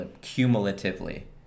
cumulatively